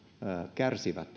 kärsi